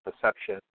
perception